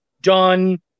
done